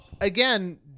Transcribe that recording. again